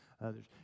others